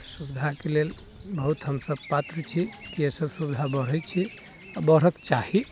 सुविधाके लेल बहुत हमसभ पात्र छी ई सभ सुविधा बढ़ैत छै आ बढ़क चाही